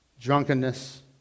drunkenness